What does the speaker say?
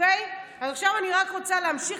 אז עכשיו אני רק רוצה להמשיך,